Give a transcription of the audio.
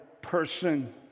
person